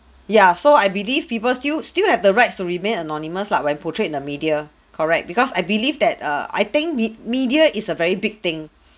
yeah so I believe people still still have the rights to remain anonymous lah when portrayed in the media correct because I believe that err I think me media is a very big thing